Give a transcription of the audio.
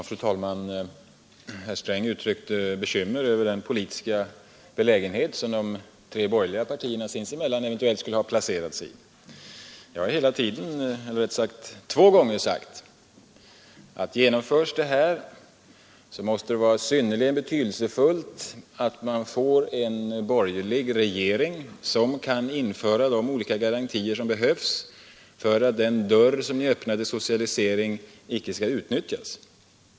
Fru talman! Herr Sträng uttryckte bekymmer över den politiska belägenhet som de tre borgerliga partierna sinsemellan skulle ha placerat sig i. Jag har två gånger sagt, att genomförs det förslag som vi här debatterar, så måste det vara synnerligen betydelsefullt att vi får en borgerlig regering som kan införa de olika garantier som behövs för att den dörr som är öppnad till socialisering icke skall utnyttjas.